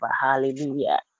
Hallelujah